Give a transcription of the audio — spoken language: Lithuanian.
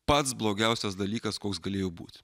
pats blogiausias dalykas koks galėjo būti